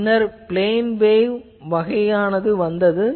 பின்னர் plane wave வகை வந்தது